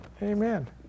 Amen